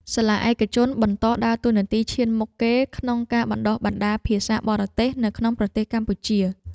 សាលាឯកជនបន្តដើរតួនាទីឈានមុខគេក្នុងការបណ្តុះបណ្តាលភាសាបរទេសនៅក្នុងប្រទេសកម្ពុជា។